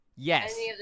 Yes